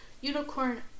Unicorn